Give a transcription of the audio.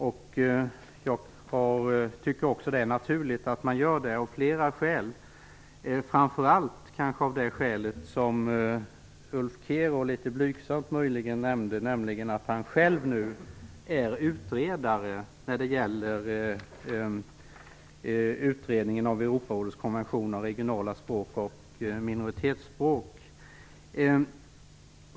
Jag tycker också att det är naturligt att göra det av flera skäl, kanske framför allt av det skäl som Ulf Kero möjligen något blygsamt nämnde, nämligen att han själv nu är utredare vad gäller Europarådets konvention om regionala språk och minoritetsspråk.